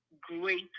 great